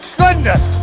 goodness